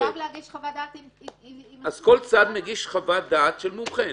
הוא חייב להגיש חוות דעת -- כל צד מגיש חוות דעת של מומחה,